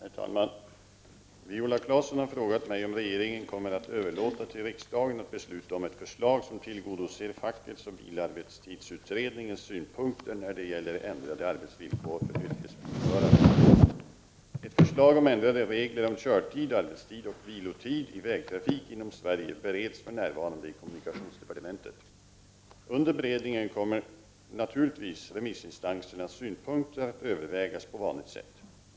Herr talman! Viola Claesson har frågat mig om regeringen kommer att överlåta till riksdagen att besluta om ett förslag som tillgodoser fackets och bilarbetstidsutredningens synpunkter när det gäller ändrade arbetsvillkor för yrkesbilförare. der beredningen kommer naturligtvis remissinstansernas synpunkter att övervägas på vanligt sätt.